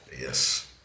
Yes